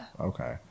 Okay